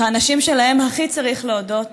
האנשים שלהם הכי צריך להודות